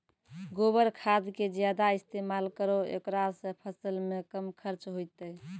गोबर खाद के ज्यादा इस्तेमाल करौ ऐकरा से फसल मे कम खर्च होईतै?